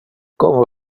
como